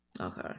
Okay